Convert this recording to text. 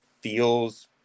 feels